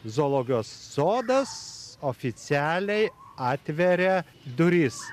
zoologijos sodas oficialiai atveria duris